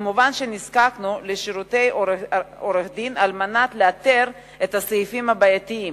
מובן שנזקקנו לשירותי עורך-דין על מנת לאתר את הסעיפים הבעייתיים.